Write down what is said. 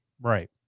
Right